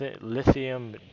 lithium